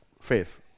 faith